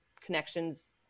connections